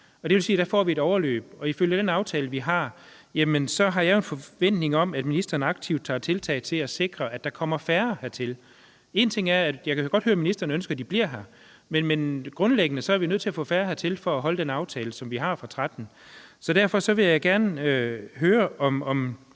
der får vi et overløb, og ifølge den aftale, vi har, så har jeg jo en forventning om, at ministeren aktivt gør tiltag for at sikre, at der kommer færre hertil. Jeg kan godt høre, ministeren ønsker, at de bliver her, men grundlæggende er vi nødt til at få færre hertil for at holde den aftale, som vi har fra 2013. Derfor vil jeg gerne høre, om